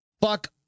Fuck